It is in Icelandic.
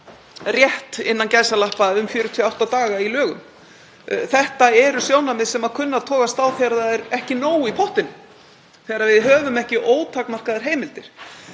tiltekinn „rétt“ um 48 daga í lögum. Þetta eru sjónarmið sem kunna að togast á þegar það er ekki nóg í pottinum, þegar við höfum ekki ótakmarkaðar heimildir.